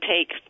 take